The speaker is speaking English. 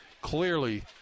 clearly